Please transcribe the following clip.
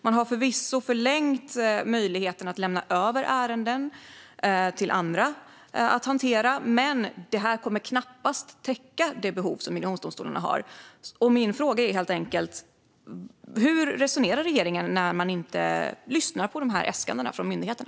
Man har förvisso förlängt möjligheten att lämna över ärenden till andra att hantera, men det här kommer knappast att täcka de behov som migrationsdomstolarna har. Min fråga är helt enkelt: Hur resonerar regeringen när man inte lyssnar på de här äskandena från myndigheterna?